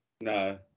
No